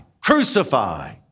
crucify